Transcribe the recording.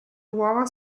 uova